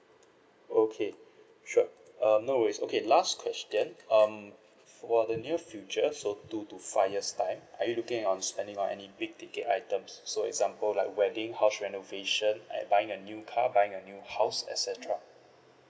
okay sure um no worries okay last question um for the near future so two to five years time are you looking on spending on any big ticket items so example like wedding house renovation and buying a new car buying my house et cetera